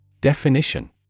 Definition